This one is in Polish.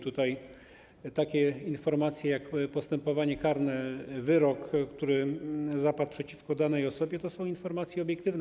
Tutaj takie informacje jak postępowanie karne, wyrok, który zapadł przeciwko danej osobie, to są informacje obiektywne.